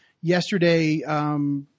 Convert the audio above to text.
yesterday –